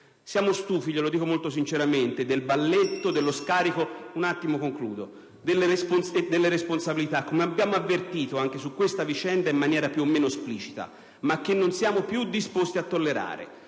Siamo stufi, glielo dico molto sinceramente, del balletto dello scarico delle responsabilità, come abbiamo avvertito anche su questa vicenda, in maniera più o meno esplicita, ma che non siamo più disposti a tollerare.